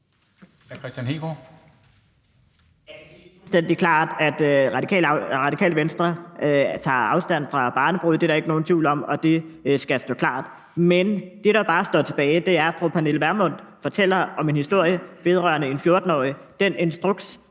klart, at Radikale Venstre tager afstand fra barnebrude. Det er der ikke nogen tvivl om, og det skal stå klart. Men det, der bare står tilbage, er, at fru Pernille Vermund fortæller en historie om en 14-årig.